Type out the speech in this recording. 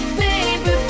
baby